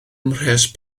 mhres